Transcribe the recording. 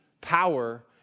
power